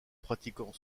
pratiquants